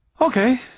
Okay